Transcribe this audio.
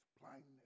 blindness